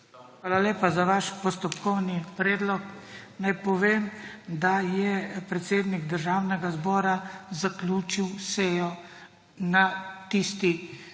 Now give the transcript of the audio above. Hvala lepa za vaš postopkovni predlog. Naj povem, da je predsednik Državnega zbora zaključil sejo na tisti seji.